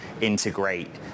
integrate